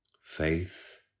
faith